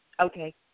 Okay